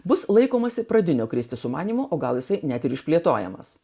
bus laikomasi pradinio kristi sumanymo o gal jisai net ir išplėtojamas